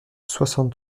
soixante